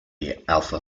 alpha